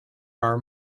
are